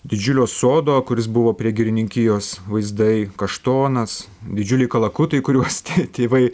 didžiulio sodo kuris buvo prie girininkijos vaizdai kaštonas didžiuliai kalakutai kuriuos tėvai